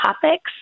topics